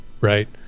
right